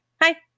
hi